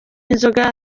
y’inzoga